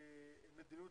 מדיניות